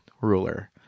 ruler